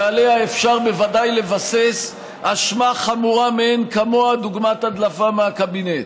שעליה אפשר בוודאי לבסס אשמה חמורה מאין-כמוה דוגמת הדלפה מהקבינט.